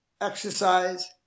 exercise